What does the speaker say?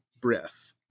breath